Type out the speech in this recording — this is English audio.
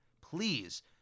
please